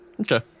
Okay